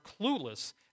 clueless